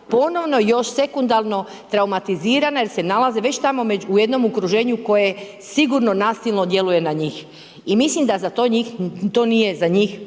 ponovno još sekundarno traumatizirana jer se nalaze već tamo u jednom okruženju koje sigurno nasilno djeluje na njih. I mislim da to nije za njih